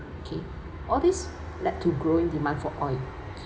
okay all this led to grow in demand for oil